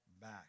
back